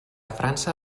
frança